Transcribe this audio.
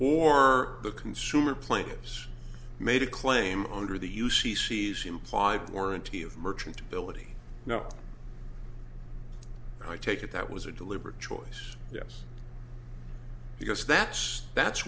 or the consumer plaintiffs made a claim under the u c c she implied warranty of merchantability no i take it that was a deliberate choice yes because that's that's